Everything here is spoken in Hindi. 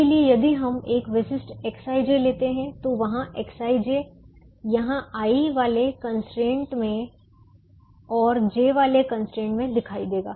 इसलिए यदि हम एक विशिष्ट Xij लेते हैं तो वह Xij यहां i वाले कंस्ट्रेंट में और j वाले कंस्ट्रेंट में दिखाई देगा